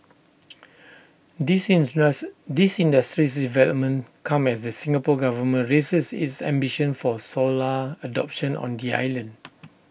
these these industries developments come as the Singapore Government raises its ambitions for solar adoption on the island